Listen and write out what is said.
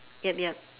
yup yup